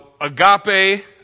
agape